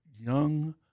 young